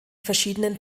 verschiedenen